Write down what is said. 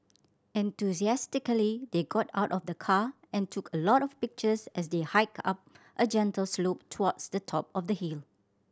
enthusiastically they got out of the car and took a lot of pictures as they hiked up a gentle slope towards the top of the hill